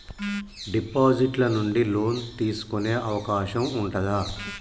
Deposit ల నుండి loan తీసుకునే అవకాశం ఉంటదా?